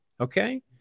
Okay